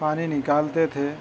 پانی نکالتے تھے